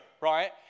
right